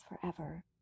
forever